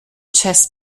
chess